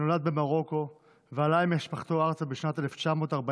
שנולד במרוקו ועלה עם משפחתו ארצה בשנת 1949,